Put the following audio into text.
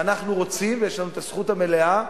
ואנחנו רוצים, ויש לנו הזכות המלאה,